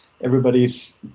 everybody's